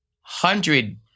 hundred